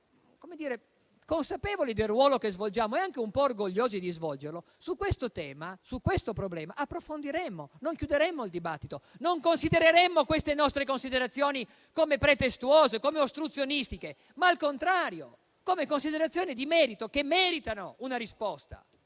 fossimo consapevoli del ruolo che svolgiamo e anche un po' orgogliosi di svolgerlo, approfondiremmo questo problema, non chiuderemmo il dibattito. Non considereremmo queste nostre argomentazioni come pretestuose ed ostruzionistiche, ma, al contrario, come considerazioni di merito che meritano una risposta.